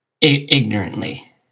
Ignorantly